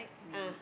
ah